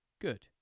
Good